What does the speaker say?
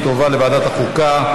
ותועבר לוועדת החוקה,